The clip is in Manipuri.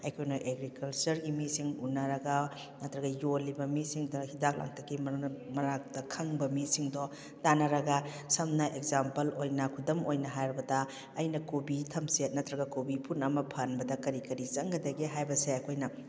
ꯑꯩꯈꯣꯏꯅ ꯑꯦꯒ꯭ꯔꯤꯀꯜꯆꯔꯒꯤ ꯃꯤꯁꯤꯡ ꯎꯅꯔꯒ ꯅꯠꯇ꯭ꯔꯒ ꯌꯣꯜꯂꯤꯕ ꯃꯤꯁꯤꯡꯗ ꯍꯤꯗꯥꯛ ꯂꯥꯡꯊꯛꯀꯤ ꯃꯔꯥꯛꯇ ꯈꯪꯕ ꯃꯤꯁꯤꯡꯗꯣ ꯇꯥꯅꯔꯒ ꯁꯝꯅ ꯑꯦꯛꯖꯥꯝꯄꯜ ꯑꯣꯏꯅ ꯈꯨꯗꯝ ꯑꯣꯏꯅ ꯍꯥꯏꯔꯕꯗ ꯑꯩꯅ ꯀꯣꯕꯤ ꯊꯝꯆꯦꯠ ꯅꯠꯇ꯭ꯔꯒ ꯀꯣꯕꯤ ꯐꯨꯜ ꯑꯃ ꯐꯍꯟꯕꯗ ꯀꯔꯤ ꯀꯔꯤ ꯆꯪꯒꯗꯒꯦ ꯍꯥꯏꯕꯁꯦ ꯑꯩꯈꯣꯏꯅ